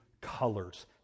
colors